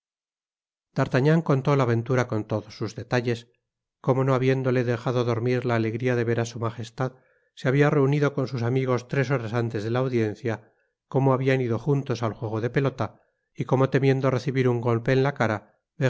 d'artagnan contó la aventura con todos sus detalles como no habiéndole dejado dormir la alegria de ver á su magostad se habia reunido con sus amigos tres horas antes de la audiencia como habian ido juntos al juego de pelota y como temiendo recibir un golpe en la cara